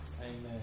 Amen